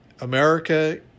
America